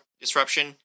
disruption